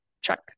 Check